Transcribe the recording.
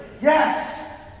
Yes